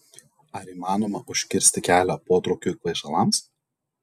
ar įmanoma užkirsti kelią potraukiui kvaišalams